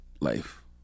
life